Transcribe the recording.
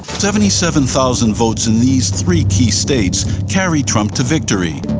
seventy seven thousand votes in these three key states carried trump to victory.